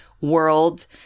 world